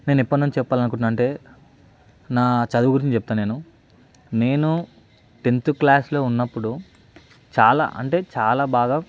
నేను ఎప్పటి నుంచి చెప్పాలనుకుంటున్నా అంటే నా చదువు గురించి చెప్తా నేను నేను టెంత్ క్లాస్లో ఉన్నప్పుడు చాలా అంటే చాలా బాగా